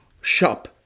shop